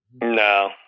no